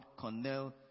Cornell